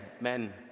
men